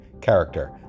character